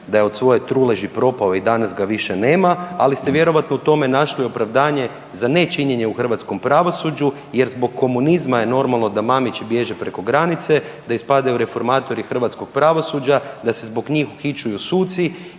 da je od svoje truleži proprao i danas ga više nema, ali ste vjerojatno u tome našli opravdanje za nečinjenje u hrvatskom pravosuđu jer zbog komunizma je normalno da Mamići bježe preko granice, da ispadaju reformatori hrvatskog pravosuđa, da se zbog njih uhićuju suci